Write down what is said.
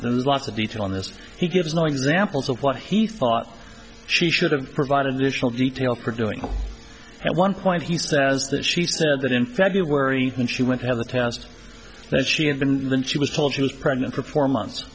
there's lots of detail on this he gives no examples of what he thought she should have provided additional detail producing at one point he says that she said that in february when she went on the task that she had been given she was told she was pregnant for four months